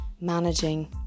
managing